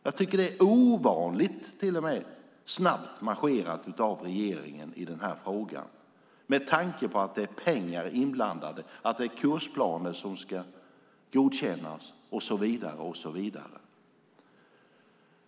Jag tycker till och med att det är ovanligt snabbt marscherat av regeringen i den här frågan med tanke på att det är pengar inblandade, att det är kursplaner som ska godkännas och så vidare.